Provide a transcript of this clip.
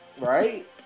Right